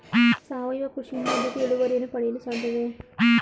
ಸಾವಯವ ಕೃಷಿಯಿಂದ ಅಧಿಕ ಇಳುವರಿಯನ್ನು ಪಡೆಯಲು ಸಾಧ್ಯವೇ?